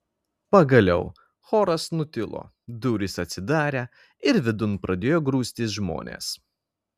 pagaliau choras nutilo durys atsidarė ir vidun pradėjo grūstis žmonės